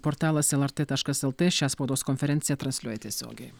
portalas lrt taškas lt šią spaudos konferenciją transliuoja tiesiogiai